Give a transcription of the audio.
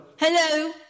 Hello